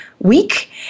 Week